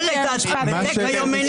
זה כיום איננו.